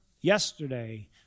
yesterday